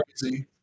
crazy